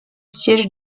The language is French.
siège